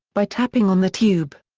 by tapping on the tube.